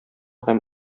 һәм